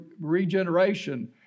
regeneration